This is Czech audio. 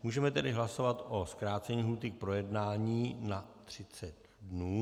Můžeme tedy hlasovat o zkrácení lhůty k projednání na 30 dnů.